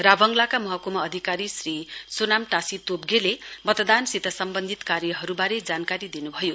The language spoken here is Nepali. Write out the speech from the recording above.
राभङलाका महकुमा अधिकारी श्री सोनाम टाशी तोप्गेले मतदानसित सम्वन्धित कार्यहरुवारे जानकारी दिनुभयो